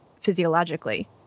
physiologically